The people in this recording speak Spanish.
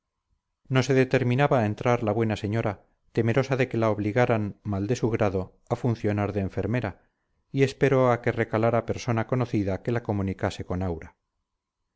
no se determinaba a entrar la buena señora temerosa de que la obligaran mal de su grado a funcionar de enfermera y esperó a que recalara persona conocida que la comunicase con aura